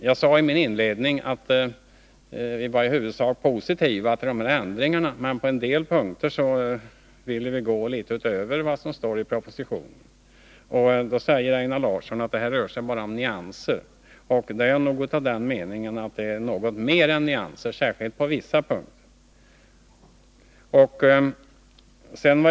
Jag nämnde i min inledning att vi var i huvudsak positiva till ändringarna, men på en del punkter ville vi gå litet utöver vad som står i propositionen. Einar Larsson förklarar att det bara rör sig om nyanser, men jag är nog av den meningen att det är fråga om något mer än nyanser, särskilt på vissa punkter.